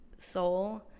soul